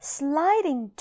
sliding